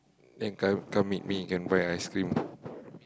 then come come meet me can buy ice-cream